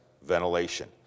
ventilation